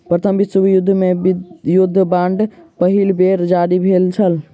प्रथम विश्व युद्ध मे युद्ध बांड पहिल बेर जारी भेल छल